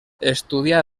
estudià